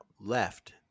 left